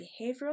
behavioral